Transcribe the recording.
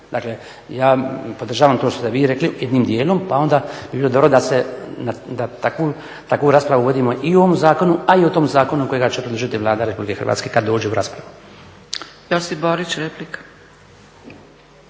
Dakle ja podržavam to što ste vi rekli jednim dijelom pa onda bi bilo dobro da takvu raspravu vodimo i o ovom zakonu a i o tom zakonu kojega će predložiti Vlada Republike Hrvatske kada dođe u raspravu. **Zgrebec, Dragica